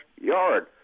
yard